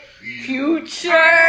future